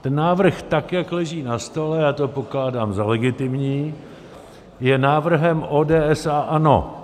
Ten návrh, tak jak leží na stole, a já to pokládám za legitimní, je návrhem ODS a ANO.